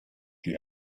die